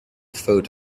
photo